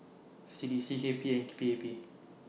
C D C K P E and P A P